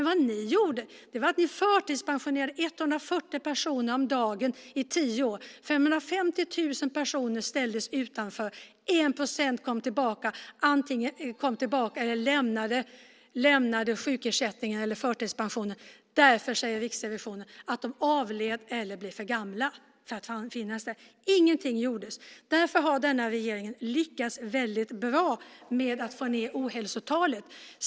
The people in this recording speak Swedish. Vad ni gjorde var att ni förtidspensionerade 140 personer om dagen i tio år. 550 000 personer ställdes utanför. 1 procent kom tillbaka eller lämnade sjukersättningen eller förtidspensionen. Därför säger Riksrevisionen att de avled eller att de blev för gamla för att finnas där. Ingenting gjordes alltså. Mot den bakgrunden har denna regering lyckats väldigt bra med att få ned ohälsotalet.